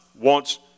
wants